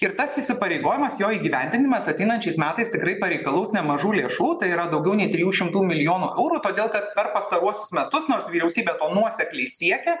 ir tas įsipareigojimas jo įgyvendinimas ateinančiais metais tikrai pareikalaus nemažų lėšų tai yra daugiau nei trijų šimtų milijonų eurų todėl kad per pastaruosius metus nors vyriausybė to nuosekliai siekė